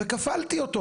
וכפלתי אותו.